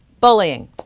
bullying